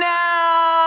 now